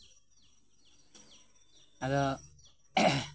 ᱟᱫᱚ